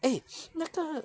eh 那个